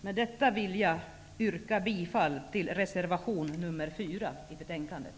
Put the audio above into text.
Med detta vill jag yrka bifall till reservation nr 4 till betänkandet.